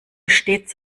stets